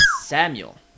samuel